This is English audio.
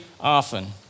often